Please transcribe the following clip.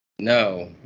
No